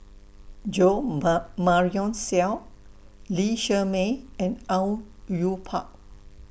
Jo Ma Marion Seow Lee Shermay and Au Yue Pak